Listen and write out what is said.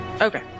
Okay